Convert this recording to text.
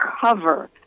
cover